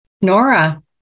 Nora